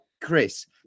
Chris